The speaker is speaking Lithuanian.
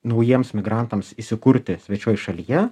naujiems migrantams įsikurti svečioj šalyje